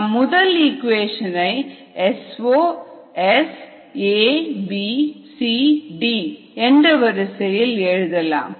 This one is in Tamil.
நம் முதல் இக்குவேஷன் ஐ S0 S A B C D என்ற வரிசையில் எழுதலாம்